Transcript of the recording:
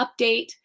update